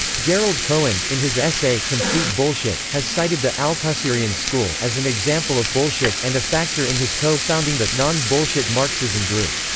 gerald cohen, in his essay complete bullshit, has cited the althusserian school as an example of bullshit and a factor in his co-founding the non-bullshit marxism group.